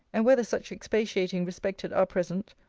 and whether such expatiating respected our present,